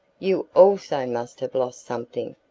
you also must have lost something.